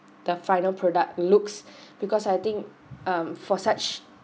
the final product looks because I think um for such